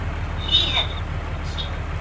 he had influenced her,